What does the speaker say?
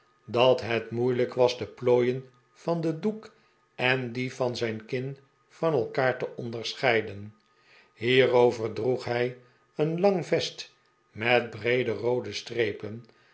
dat het moeilijk was de plooien van den doek en die van zijn kin van elkaar te onderscheiden hierover droeg hij een lang vest met breede roode strepen